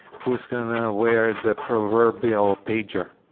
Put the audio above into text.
who's going to wear the proverbial pager?